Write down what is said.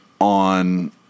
on